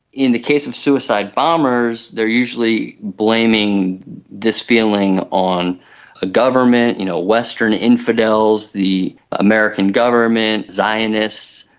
in the case of suicide bombers they are usually blaming this feeling on a government, you know western infidels, the american government, zionists,